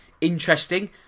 Interesting